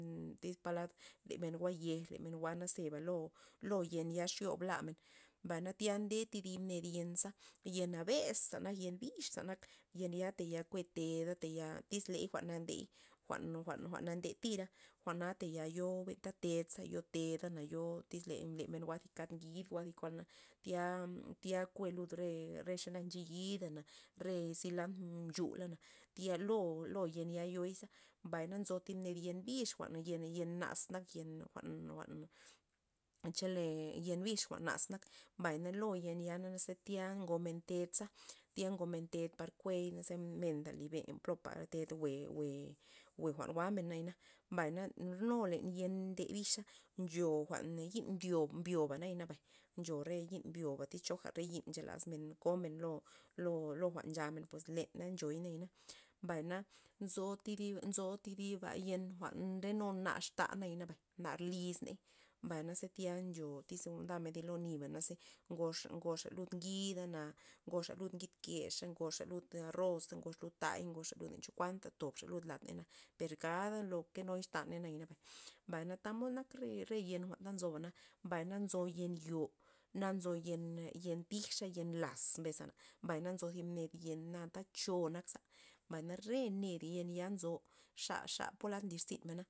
Tyz palad le men jwa' yej na men jwa' na zeba lo- lo yen ya xyob lamen mbay na tya nde thi dib thi dib yenza yen abes'za yen bixpa nak yen ya tayal kuete teda taya tyz ley jwa'n na ndey jwa'n- jwa'n nan detira jwa'na taya yo benta tedza yo ted na yo le- len jwa' zi kad ngid jwa' thi jwa'na tya- tya kue lud re- re xanak ncheyidana re silantr mchulana tya lo- lo yen yoiza mbay nzo thib ned yen bix jwa'n yen- yen naz nak yen jwa'n- jwa'n chele yen bix jwa'n naz mbay lo yen ya naza tya ngomen tedza tya komen ted par kueza par ke menka libe len popa ted jwe'-jwe' jwa'n jwa'men mbay na nu len yen nde bixa ncho jwa'n yi'n mbi'-mbi'o bana nabay ncho re yi'n nbi'oba choja re ti'n nchelasmen komen lo- lo- lo jwa'n nchamen na leney nchoy nayana, mbay na nzo thidib- nzo thidiba thidiba yen jwa'n ndenu nar xta nayana nat lyz ney mbay na tya ncho tyz ndamen thi lo niba na ngoxa ngoxa lud ngidana ngoxa ngid kexa ngoxa lud arroza ngoxa lud ta'y ngoxa len chokuan tobxa lud ladney na per kada lo kenuy extaney nabay mbay tamod nak re yen jwa'n ta nzoba, mbay na nzo yen yo' na nzo yen- yen tijxa yen laz mbesxana na nzo thib ned yen anta cho nak za mbay na re neda yen ya nzo xa- xa polad nli zyn mena.